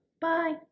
bye